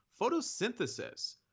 Photosynthesis